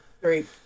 three